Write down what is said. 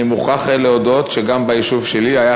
אני מוכרח להודות שגם היישוב שלי היה